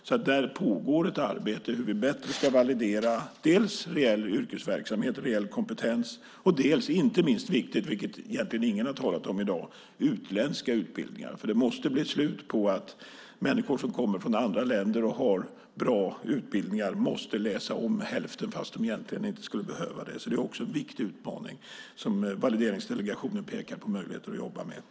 Det pågår således ett arbete om hur vi bättre ska validera dels reell yrkesverksamhet och kompetens, dels det som inte minst är viktigt och som ingen egentligen talat om i dag, nämligen de utländska utbildningarna. Det måste bli ett slut på att människor som kommer från andra länder och har bra utbildningar ska läsa om hälften fastän de egentligen inte skulle behöva det. Också det är en viktig utmaning där Valideringsdelegationen pekar på möjligheter att jobba med.